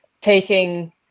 taking